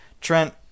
Trent